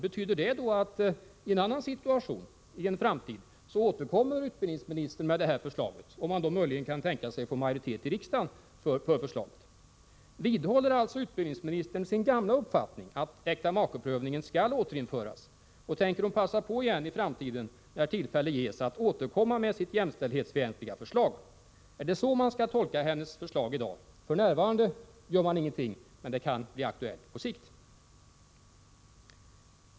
Betyder detta att utbildningsministern i en annan situation, längre fram, återkommer med förslaget, dvs. då det möjligen går att få majoritet i riksdagen? Vidhåller utbildningsministern sin gamla uppfattning att äktamakeprövningen skall återinföras, och tänker hon passa på igen i framtiden när tillfälle ges att återkomma med sitt jämställdhetsfientliga förslag? Är det så man skall tolka hennes förslag i dag? F.n. gör man ingenting, men det kan bli aktuellt på sikt.